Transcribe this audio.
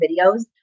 videos